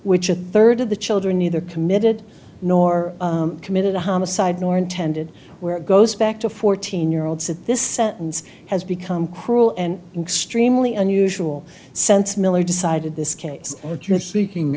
which a third of the children neither committed nor committed homicide nor intended where it goes back to fourteen year olds at this sentence has become cruel and extremely unusual sense miller decided this case that you're seeking